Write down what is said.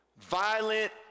violent